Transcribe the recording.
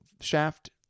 shaft